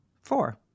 Four